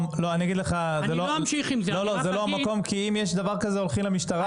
זה לא המקום, כי אם יש דבר כזה הולכים למשטרה.